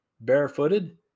barefooted